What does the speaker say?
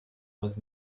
was